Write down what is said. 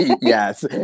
Yes